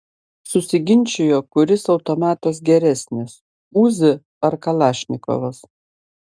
susiginčijo kuris automatas geresnis uzi ar kalašnikovas